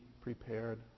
prepared